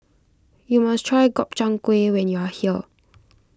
you must try Gobchang Gui when you are here